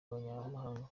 abanyamahanga